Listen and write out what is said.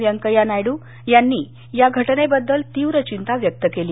वेंकय्या नायडू यांनी या घटनेबद्दल तीव्र चिंता व्यक्त केली